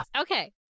Okay